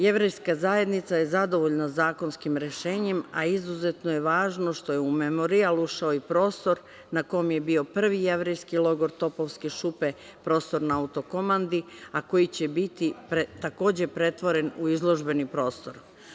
Jevrejska zajednica je zadovoljna zakonskim rešenjem, a izuzetno je važno što je u memorijal ušao i prostor na kome je bio prvi jevrejski logor „Topovske šupe“, prostor na Autokomandi, a koji će biti takođe pretvoren u izložbeni prostor.